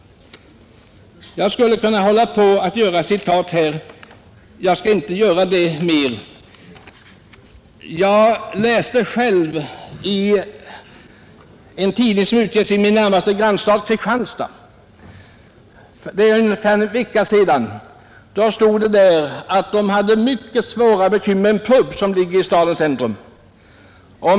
” Jag skulle kunna hålla på att göra ytterligare citat, men jag skall avstå från det. I en tidning som utges i min närmaste grannstad, Kristianstad, stod det för ungefär en vecka sedan, att man hade mycket svåra bekymmer med en pub i stadens centrum.